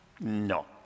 No